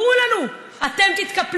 חמורה היא נחותה ביחס למה שקורה מול